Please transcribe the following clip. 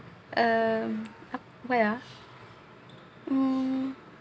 um where ah mm